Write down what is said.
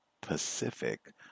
Pacific